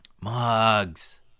Mugs